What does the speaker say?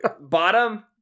bottom